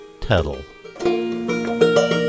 Tuttle